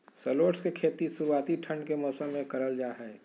shallots के खेती शुरुआती ठंड के मौसम मे करल जा हय